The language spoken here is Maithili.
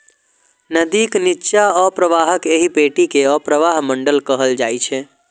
नदीक निच्चा अवप्रवाहक एहि पेटी कें अवप्रवाह मंडल कहल जाइ छै